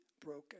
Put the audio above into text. broken